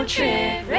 Trip